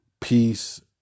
peace